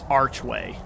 archway